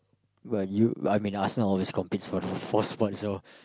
what you I mean Arsenal always competes for the fourth spot so